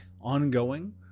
ongoing